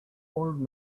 old